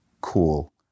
cool